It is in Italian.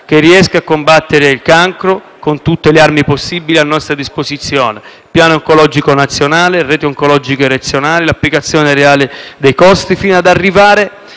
che riesca a combattere il cancro con tutte le armi possibili a nostra disposizione: piano oncologico nazionale, reti oncologiche regionali e applicazione reale dei costi *standard*, fino ad arrivare